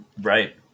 Right